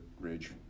Ridge